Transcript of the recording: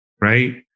Right